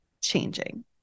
changing